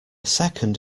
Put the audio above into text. second